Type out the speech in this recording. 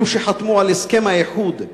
אלו שחתמו על הסכם האיחוד,